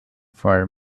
for